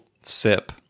sip